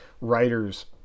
writers